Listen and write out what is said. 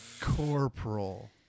Corporal